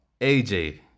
AJ